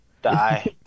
die